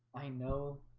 i know